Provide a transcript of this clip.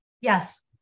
Yes